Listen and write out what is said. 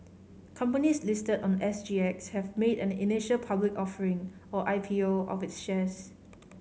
companies listed on S G X have made an initial public offering or I P O of its shares